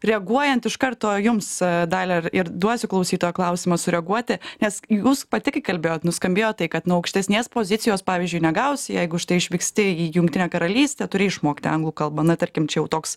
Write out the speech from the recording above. reaguojant iš karto jums dalia ir duosiu klausytojo klausimą sureaguoti nes jūs pati kai kalbėjot nuskambėjo tai kad nuo aukštesnės pozicijos pavyzdžiui negausi jeigu štai išvyksti į jungtinę karalystę turi išmokti anglų kalba na tarkim čia jau toks